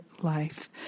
life